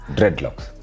Dreadlocks